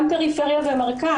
גם פריפריה ומרכז.